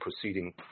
proceeding